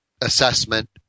assessment